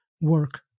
work